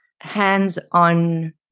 hands-on